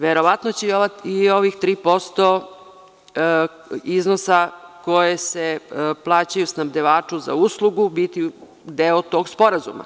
Verovatno će i ovih 3% iznosa koje se plaćaju snabdevaču za uslugu biti deo tog sporazuma.